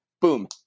Boom